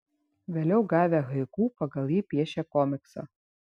vėliau gavę haiku pagal jį piešė komiksą